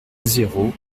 zéro